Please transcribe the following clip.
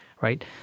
right